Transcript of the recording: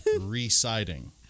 reciting